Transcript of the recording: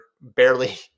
barely